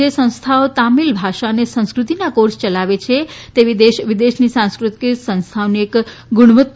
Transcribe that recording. જે સંસ્થાઓ તામિલ ભાષા અને સંસ્કૃતિના કોર્સ ચલાવે છે તેવી દેશ વિદેશની સાંસ્કૃતિક સંસ્થાઓની એક ગુણવત્તા